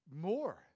more